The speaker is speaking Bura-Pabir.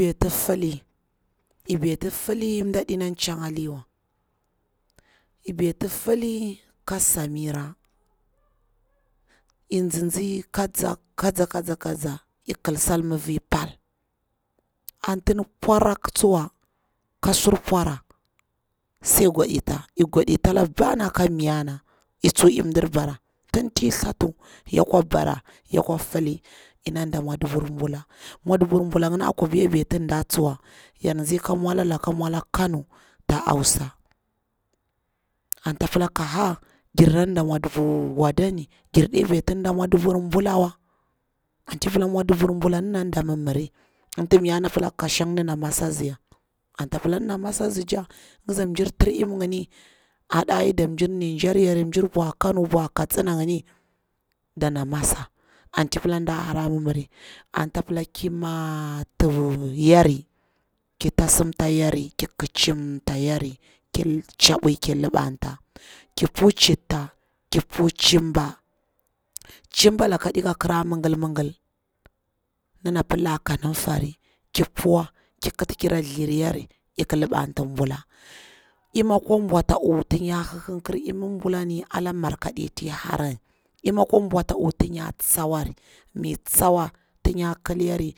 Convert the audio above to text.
Beti fili, iya beti fili mɗaɗina mda dina tcha ngaliwa, ey beti fili ka samira, ey tsitsi ka ha ka na ka nza ey kil sal mafi pal, anti ndi pwarra tsuwa ka sur pwara sai gwadita, ik gwadita ala babbana ka miyanna, ey tsuwa ey mdic baratunti thlatu yakwa bara, yakwa fili ina nda mwadubwr bula, mwadubur bula ngini a kwabi ya beti nda tsuwa yar tsi ka mwala laka mwala kano ta ausa, anta pila ka ha ngir nda mwadubur wadani gira beti nda mwadubur bula wa, anti pila mwa dubur bula dana da mimmiri, anti mayanna pila ƙa shang dina masi a nzi ya, anta pila ndana masa a nzi tcha, ngida mjir tir imi ngini aɗa ai nda mjir niger, mjir bwa kano bwa katsina ngini dana msa. Anti ey pila nda hara mimmici, anta pila ki mati yari, ki tasimta yari, ki kicimta yari, ki tchabwi ki liɓanta, ki pu chitta, ki pu cimba, cimba laka ɗi ka kra migil migil mlana pila kanumfari ki puwa ki kiti kira thliriayri, ik liɓanti bula imi akwa bwa a ti awu tin ya hihhikir lmir bulani ala markaɗe tihara ni, lmi akwa bwa a ta hwu tin ya tsawari mi tsawa tinya kleri.